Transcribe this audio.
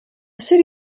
city